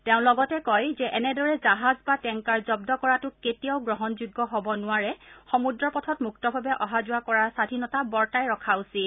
তেওঁ লগতে কয় যে এনেদৰে জাহাজ বা টেংকাৰ জন্দ কৰাটো কেতিয়াও গ্ৰহণযোগ্য হব নোৱাৰে আৰু সমূদ্ৰ পথত মুক্তভাৱে অহা যোৱা কৰাৰ স্বাধীনতা বৰ্তাই ৰখা উচিত